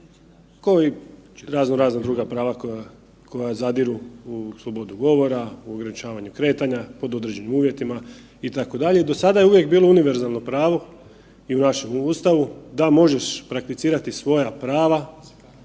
ko i razno razna druga prava koja zadiru u slobodu govora, u ograničavanje kretanja pod određenim uvjetima itd. i do sada je uvijek bilo univerzalno pravo i u našem Ustavu da možeš prakticirati svoja prava